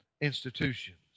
institutions